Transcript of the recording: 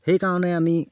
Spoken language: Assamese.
সেইকাৰণে আমি